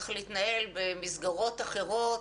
צריך להתנהל במסגרות אחרות,